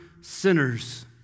sinners